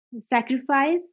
Sacrifice